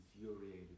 infuriated